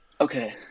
Okay